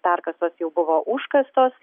perkasos jau buvo užkastos